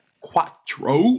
quattro